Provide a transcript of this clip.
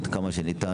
עד כמה שניתן,